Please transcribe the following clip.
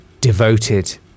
devoted